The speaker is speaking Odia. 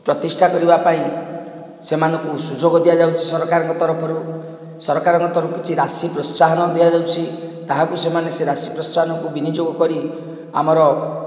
ପ୍ରତିଷ୍ଠା କରିବାପାଇଁ ସେମାନଙ୍କୁ ସୁଯୋଗ ଦିଆଯାଉଛି ସରକାରଙ୍କ ତରଫରୁ ସରକାରଙ୍କ ତରଫରୁ କିଛି ରାଶି ପ୍ରୋତ୍ସାହନ ଦିଆଯାଉଛି ତାହାକୁ ସେମାନେ ସେ ରାଶି ପ୍ରୋତ୍ସାହନକୁ ବିନିଯୋଗ କରି ଆମର